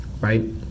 right